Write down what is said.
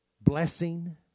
Blessing